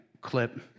clip